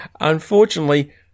unfortunately